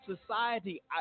society